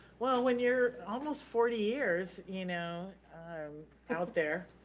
well when you're almost forty years you know um out there,